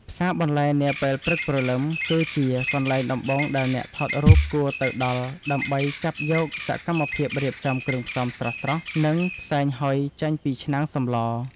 ផ្សារបន្លែនាពេលព្រឹកព្រលឹម គឺជាកន្លែងដំបូងដែលអ្នកថតរូបគួរទៅដល់ ដើម្បីចាប់យកសកម្មភាពរៀបចំគ្រឿងផ្សំស្រស់ៗ និងផ្សែងហុយចេញពីឆ្នាំងសម្ល។